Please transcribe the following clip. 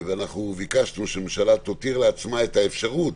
ביקשנו שהממשלה תותיר לעצמה את האפשרות